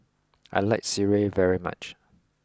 I like Sireh very much